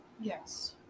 Yes